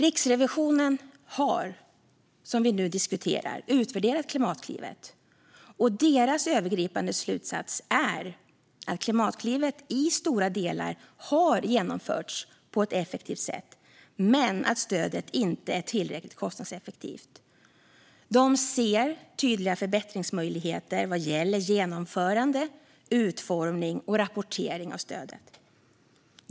Riksrevisionen har - vilket vi nu diskuterar - utvärderat Klimatklivet. Deras övergripande slutsats är att Klimatklivet i stora delar har genomförts på ett effektivt sätt men att stödet inte är tillräckligt kostnadseffektivt. Riksrevisionen ser tydliga förbättringsmöjligheter vad gäller genomförande, utformning och rapportering av stödet.